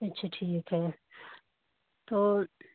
अच्छा ठीक है तो